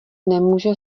nemůže